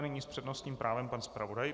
A nyní s přednostním právem pan zpravodaj.